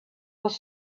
was